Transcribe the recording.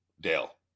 Dale